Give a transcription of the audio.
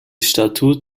statuen